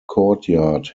courtyard